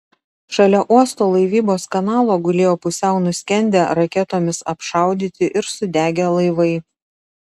šalia uosto laivybos kanalo gulėjo pusiau nuskendę raketomis apšaudyti ir sudegę laivai